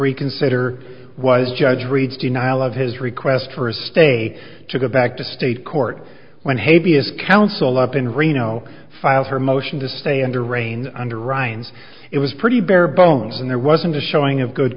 reconsider was judge reads denial of his request for a stay to go back to state court when hey b s counsel up in reno filed her motion to stay under rain under ryan's it was pretty bare bones and there wasn't a showing of good